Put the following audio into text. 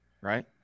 right